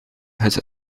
het